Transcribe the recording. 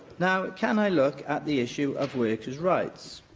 now, can i look at the issue of workers' rights?